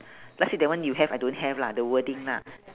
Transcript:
last seat that one you have I don't have lah the wording lah